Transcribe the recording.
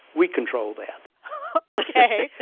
we control that ok.